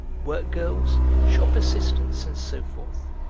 work girls, shop assistants and so forth,